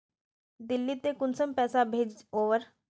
दिल्ली त कुंसम पैसा भेज ओवर?